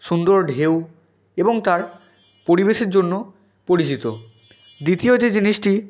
সুন্দর ঢেউ এবং তার পরিবেশের জন্য পরিচিত দ্বিতীয় যে জিনিসটি